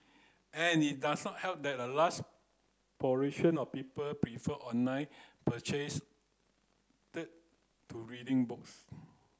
and it does not help that a last proportion of people prefer online to reading books